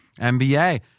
NBA